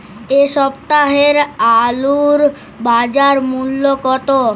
এ সপ্তাহের আলুর বাজার মূল্য কত?